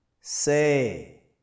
Say